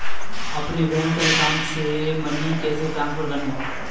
अपने bank account से money कैसे ट्रांसफर करें?